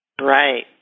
Right